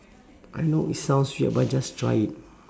I know it sounds weird but just try it